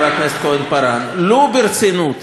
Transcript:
חברת הכנסת כהן-פארן: לו רצית ברצינות